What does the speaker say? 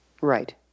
Right